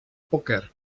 pòquer